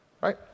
Right